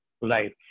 life